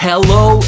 Hello